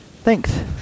Thanks